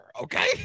okay